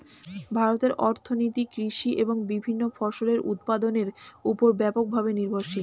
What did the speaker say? ভারতের অর্থনীতি কৃষি এবং বিভিন্ন ফসলের উৎপাদনের উপর ব্যাপকভাবে নির্ভরশীল